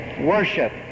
Worship